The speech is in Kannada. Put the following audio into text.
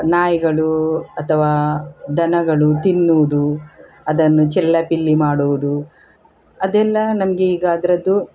ನಾಯಿಗಳು ಅಥವಾ ದನಗಳು ತಿನ್ನುವುದು ಅದನ್ನು ಚೆಲ್ಲಾಪಿಲ್ಲಿ ಮಾಡುವುದು ಅದೆಲ್ಲ ನಮ್ಗೆ ಈಗ ಅದರದ್ದು